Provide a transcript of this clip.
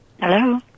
Hello